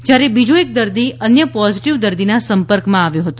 જ્યારે બીજો એક દર્દી અન્ય પોઝીટીવ દર્દીના સંપર્કમાં આવ્યો હતો